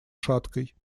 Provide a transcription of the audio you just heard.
шаткой